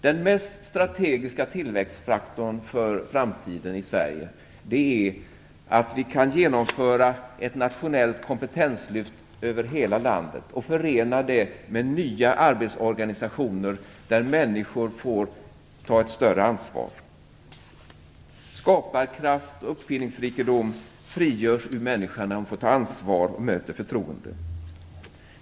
Den mest strategiska tillväxtfaktorn för framtiden i Sverige är att vi kan genomföra ett nationellt kompetenslyft över hela landet och förena det med nya arbetsorganisationer där människor får ta ett större ansvar. Skaparkraft och uppfinningsrikedom frigörs ur människan när hon får ta ansvar och möter förtroende.